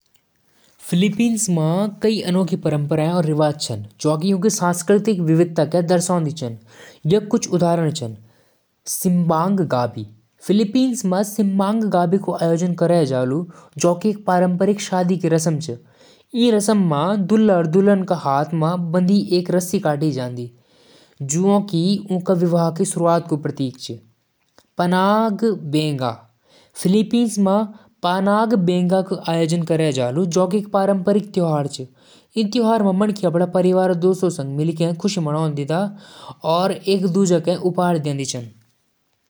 भारत क संस्कृति विविधता और परंपरा स भरी होलु। यहां अट्ठाइस राज्य हर राज्य म अलग भाषा और पहनावा होलु। योग और आयुर्वेद यहां क पुरानी विद्या छन। त्योहार, जैसे दिवाली, होली और ईद, हर धर्म क मेल-जोल दिखादिन। खाना, जैसे मसालेदार करी और मिठाई, दुनियाभर म प्रसिद्ध छन। भारत म मंदिर, मस्जिद और गुरुद्वारा हर जगह मिलदन।